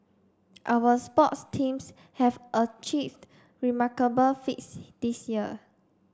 our sports teams have achieved remarkable feats this year